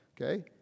Okay